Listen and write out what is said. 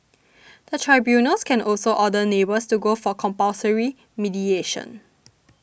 the tribunals can also order neighbours to go for compulsory mediation